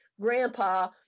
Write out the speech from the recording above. grandpa